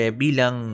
bilang